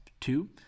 two